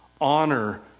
Honor